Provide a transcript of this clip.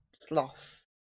sloth